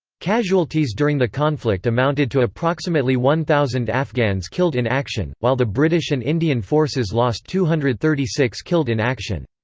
casualties during the conflict amounted to approximately one thousand afghans killed in action, while the british and indian forces lost two hundred thirty six killed in action.